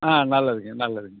ஆ நல்லதுங்க நல்லதுங்க